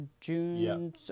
June